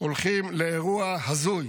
הולכים לאירוע הזוי.